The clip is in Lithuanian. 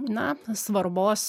na svarbos